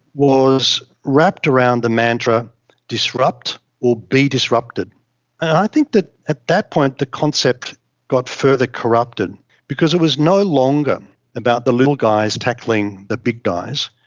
was wrapped around the mantra disrupt or be disrupted, and i think that at that point the concept got further corrupted because it was no longer about the little guys tackling the big guys.